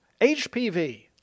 HPV